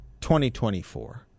2024